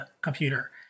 computer